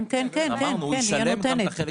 כן, היא הנותנת.